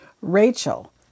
Rachel